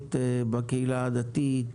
התמכרות גם בקהילה הדתית,